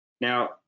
Now